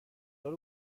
دار